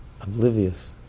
oblivious